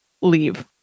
Leave